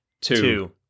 two